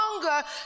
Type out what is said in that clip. longer